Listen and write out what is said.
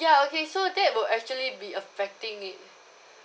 ya okay so that would actually be affecting it